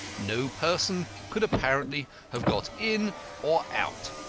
no person could apparently have got in or out.